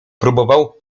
próbował